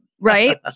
Right